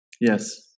Yes